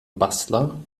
bastler